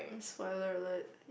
spoiler alert